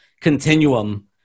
continuum